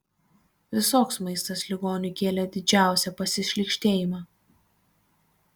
visoks maistas ligoniui kėlė didžiausią pasišlykštėjimą